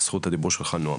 זכות הדיבור שלך נועם.